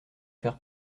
faire